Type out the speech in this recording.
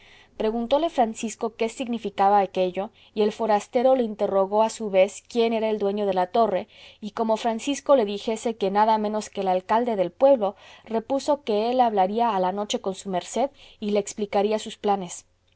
preguntóle francisco qué significaba aquello y el forastero le interrogó a su vez quién era el dueño de la torre y como francisco le dijese que nada menos que el alcalde del pueblo repuso que él hablaría a la noche con su merced y le explicaría sus planes